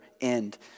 end